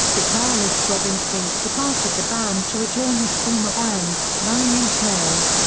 guitarist robin finck departed the band to rejoin his former band, nine inch nails,